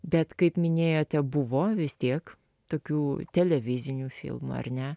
bet kaip minėjote buvo vis tiek tokių televizinių filmų ar ne